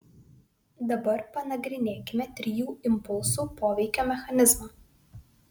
dabar panagrinėkime trijų impulsų poveikio mechanizmą